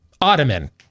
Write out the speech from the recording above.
Ottoman